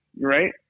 right